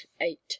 eight